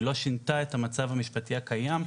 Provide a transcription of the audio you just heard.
היא לא שינתה את המצב המשפטי הקיים,